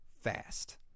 fast